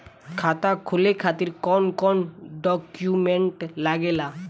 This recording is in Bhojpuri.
खाता खोले खातिर कौन कौन डॉक्यूमेंट लागेला?